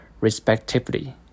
respectively